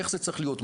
איך זה צריך להיות,